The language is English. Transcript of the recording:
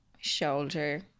shoulder